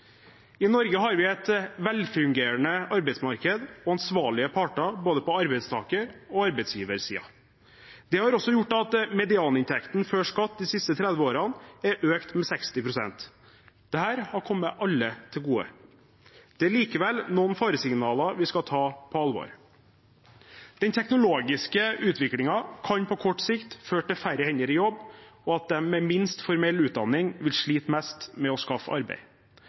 I Norge har vi et velfungerende arbeidsmarked og ansvarlige parter på både arbeidstaker- og arbeidsgiversiden. Det har også gjort at medianinntekten før skatt de siste 30 årene er økt med 60 pst. Dette har kommet alle til gode. Det er likevel noen faresignaler vi skal ta på alvor. Den teknologiske utviklingen kan på kort sikt føre til færre hender i jobb, og til at de med minst formell utdanning vil slite mest med å skaffe seg arbeid.